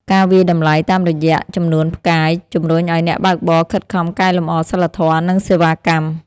ការវាយតម្លៃតាមរយ:ចំនួនផ្កាយ ជំរុញឱ្យអ្នកបើកបរខិតខំកែលម្អសីលធម៌ និងសេវាកម្ម។